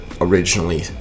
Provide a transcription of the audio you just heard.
originally